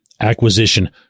acquisition